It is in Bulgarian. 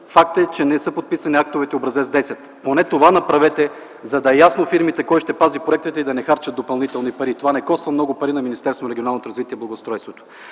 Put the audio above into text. Факт е, че не са подписани актовете по Образец 10. Поне това направете, за да е ясно на фирмите кой ще пази проектите и да не харчат допълнителни пари. Това не коства много пари на Министерството на регионалното развитие и благоустройството.